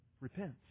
repent